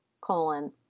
colon